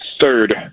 third